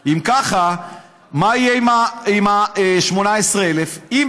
אם אתה מעביר את זה על 12,000 איש